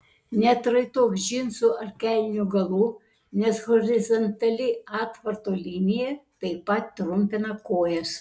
neatraitok džinsų ar kelnių galų nes horizontali atvarto linija taip pat trumpina kojas